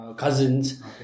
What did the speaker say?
Cousins